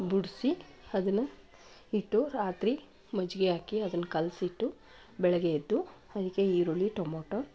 ಬಿಡಿಸಿ ಅದನ್ನು ಇಟ್ಟು ರಾತ್ರಿ ಮಜ್ಜಿಗೆ ಹಾಕಿ ಅದನ್ನ ಕಲಸಿಟ್ಟು ಬೆಳಗ್ಗೆ ಎದ್ದು ಅದಕ್ಕೆ ಈರುಳ್ಳಿ ಟೊಮೊಟೊ